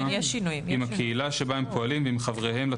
עם הקהילה שבה הם פועלים ועם חבריהם לתנועה.